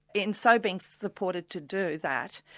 in so being supported to do that,